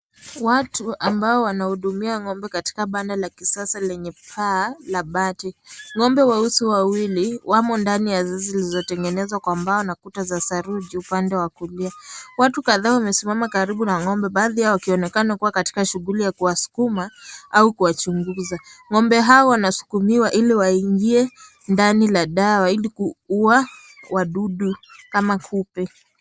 Watu ambao wanahudumia ng'ombe katika banda la kisasa lenye paa la bati. Ng'ombe weusi wawili wamo ndani ya zizi zilizotengenezwa kwa mbao na kuta za saruji upande wa kulia. Watu kadhaa wamesimama karibu na ng'ombe baadhi yao wakionekana kuwa katika shughuli ya kuwasukuma au kuwachunguza. Ng'ombe hao wanasukumiwa ili waingie ndani la dawa ili kuwa wadudu kama kupe.